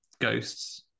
ghosts